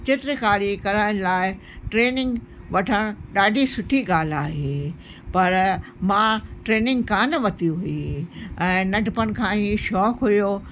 चित्रकारी करण लाइ ट्रेनिंग वठण ॾाढी सुठी ॻाल्हि आहे पर मां ट्रेनिंग कान वरिती हुई ऐं नंढपण खां ई शौक़ु हुओ